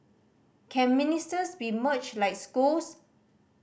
can ministers be merged like schools